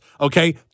okay